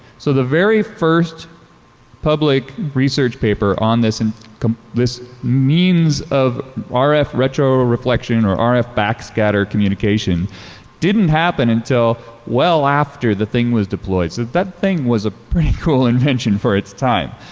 so the very first public research paper on this and this means of rf retroreflection or rf back scatter communication didn't happen until well after the thing was deployed. so that thing was a pretty cool invention for its time.